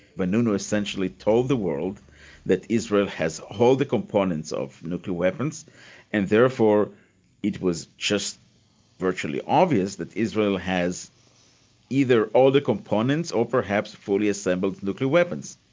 vanunu essentially told the world that israel has all the components of nuclear weapons and therefore it was just virtually obvious that israel has either all the components or perhaps fully assembled nuclear weapons.